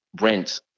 rent